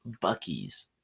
Bucky's